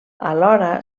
alhora